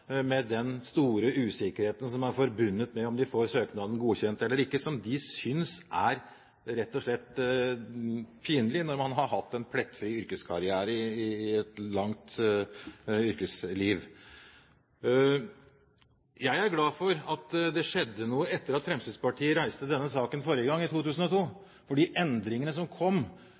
med den store usikkerheten som er forbundet med om de får søknaden godkjent eller ikke, som de rett og slett synes er pinlig når de har hatt en plettfri yrkeskarriere i et langt yrkesliv. Jeg er glad for at det skjedde noe etter at Fremskrittspartiet reiste denne saken forrige gang, i 2002. De endringene som kom,